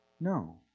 No